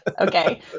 okay